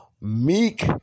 meek